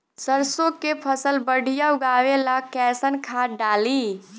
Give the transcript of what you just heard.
सरसों के फसल बढ़िया उगावे ला कैसन खाद डाली?